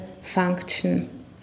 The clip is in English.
function